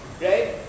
right